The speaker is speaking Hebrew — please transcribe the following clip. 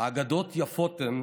"האגדות יפות הן",